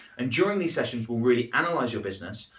and during these sessions we'll really analyze your business,